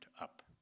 up